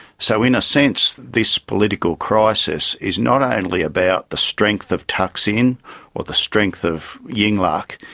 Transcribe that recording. so in a sense this political crisis is not only about the strength of thaksin or the strength of yingluck,